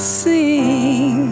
sing